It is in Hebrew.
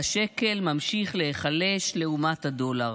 והשקל ממשיך להיחלש לעומת הדולר.